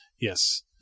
Yes